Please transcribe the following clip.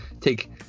take